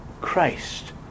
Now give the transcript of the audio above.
Christ